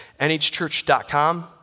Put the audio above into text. nhchurch.com